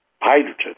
Hydrogen